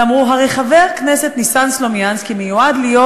ואמרו: הרי חבר הכנסת ניסן סלומינסקי מיועד להיות